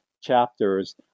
chapters